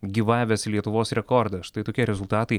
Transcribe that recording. gyvavęs lietuvos rekordas štai tokie rezultatai